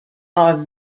are